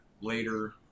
later